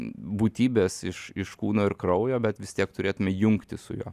būtybės iš iš kūno ir kraujo bet vis tiek turėtume jungtis su juo